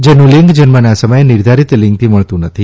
જેનું લિંગ જન્મના સમયે નિર્ધારિત લિંગથી મળતું નથી